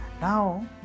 Now